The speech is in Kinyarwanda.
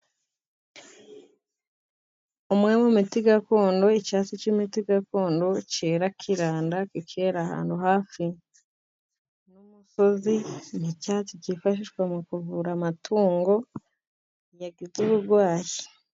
Umwe mu miti gakondo icyatsi cy'imiti gakondo cyera kiranda cyera ahantu hafi n'umusozi ni icyatsi gifashishwa mu kuvura amatungo igihe afite uburwayi.